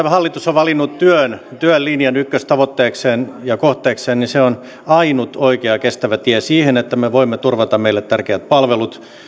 hallitus on valinnut työn työn linjan ykköstavoitteekseen ja kohteekseen on ainut oikea kestävä tie siihen että me voimme turvata meille tärkeät palvelut